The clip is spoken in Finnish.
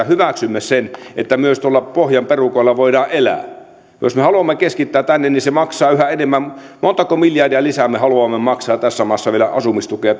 hyväksymme sen että myös tuolla pohjan perukoilla voidaan elää jos me haluamme keskittää tänne niin se maksaa yhä enemmän montako miljardia lisää me haluamme maksaa tässä maassa vielä asumistukea